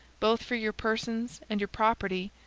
both for your persons and your property,